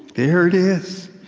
there it is.